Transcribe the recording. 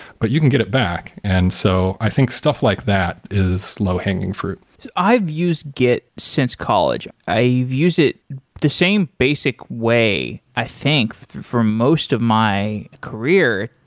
but you can get it back. and so i think stuff like that is low hanging fruit i've used git since college. i've used it the same basic way i think for most of my career,